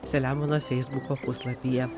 selemono feisbuko puslapyje